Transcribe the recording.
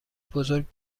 بزرگ